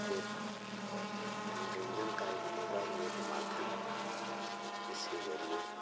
एक यह मनोरंजन का एक योग भी एक माध्यम है इसके ज़रिए